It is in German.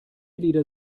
lieder